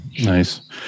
Nice